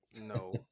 No